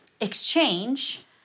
exchange